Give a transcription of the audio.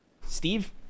Steve